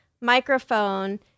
microphone